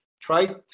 try